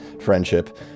friendship